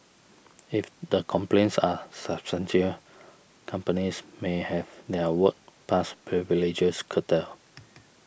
if the complaints are companies may have their work pass privileges curtailed